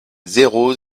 zéro